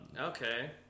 Okay